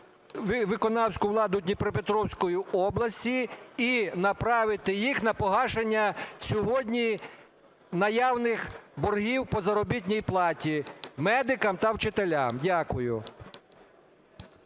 виконавську владу Дніпропетровської області і направити їх на погашення сьогодні наявних боргів по заробітній платі медикам та вчителям. Дякую.